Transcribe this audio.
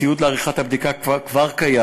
הציוד לעריכת הבדיקה כבר קיים.